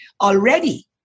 already